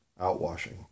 outwashing